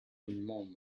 monuments